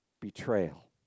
betrayal